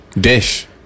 Dish